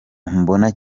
mbona